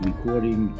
Recording